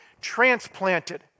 transplanted